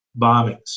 bombings